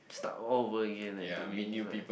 start all over again eh to me it's like